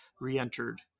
re-entered